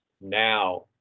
now